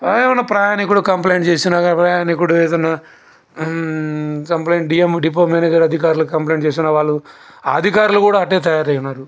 అలాగే ఏమన్నా ప్రయాణికులు కంప్లైంట్ చేసినా కూడా ప్రయాణికుడు ఏదన్నా కంప్లైంట్ ఇయ్యము డిపో మేనేజ్ అధికారులకి కంప్లైంట్ చేసినవాళ్ళు అధికారులు కూడా అట్నే తయారై ఉన్నారు